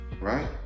right